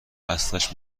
اصلش